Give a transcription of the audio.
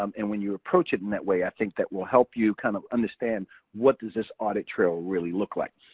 um and when you approach it in that way i think that will help you kind of understand what does this audit trail really look like?